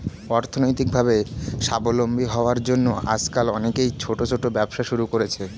অর্থনৈতিকভাবে স্বাবলম্বী হওয়ার জন্য আজকাল অনেকেই ছোট ছোট ব্যবসা শুরু করছে